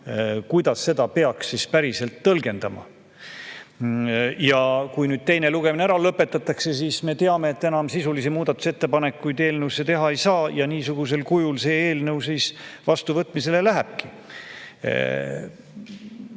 kuidas seda peaks siis päriselt tõlgendama. Ja kui nüüd teine lugemine lõpetatakse, siis me teame, et enam sisulisi muudatusettepanekuid eelnõu kohta teha ei saa ja niisugusel kujul see eelnõu vastuvõtmisele lähebki.